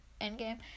Endgame